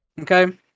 Okay